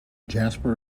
jasper